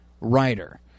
writer